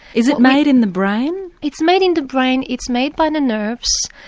is it made in the brain? it's made in the brain, it's made by the nerves,